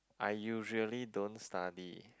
I usually don't study